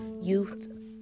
youth